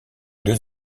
deux